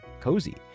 Cozy